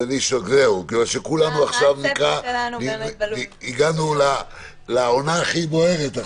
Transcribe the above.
זהו, כיוון שכולנו עכשיו הגענו לעונה הכי בוערת.